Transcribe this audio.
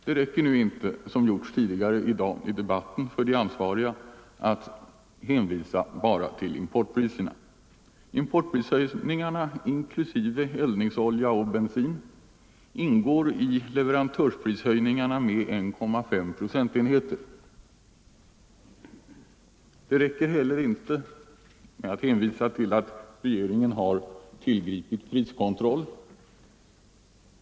Det räcker nu inte, som gjorts tidigare i dag i debatten, för de ansvariga att hänvisa till importpriserna. Importprishöjningarna, inklusive eldningsolja och bensin, ingår i leverantörsprishöjningarna med 1,5 procentenheter. Det räcker inte heller med att hänvisa till att regeringen tillgripit priskontroll.